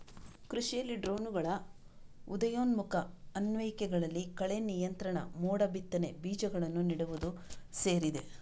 ಕೃಷಿಯಲ್ಲಿ ಡ್ರೋನುಗಳ ಉದಯೋನ್ಮುಖ ಅನ್ವಯಿಕೆಗಳಲ್ಲಿ ಕಳೆ ನಿಯಂತ್ರಣ, ಮೋಡ ಬಿತ್ತನೆ, ಬೀಜಗಳನ್ನು ನೆಡುವುದು ಸೇರಿದೆ